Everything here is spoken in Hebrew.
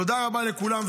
תודה רבה לכולם,